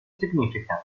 significant